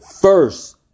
first